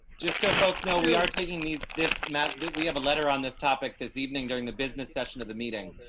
just so folks know we are taking these this map. did we have a letter on this topic this evening. during the business session of the meeting,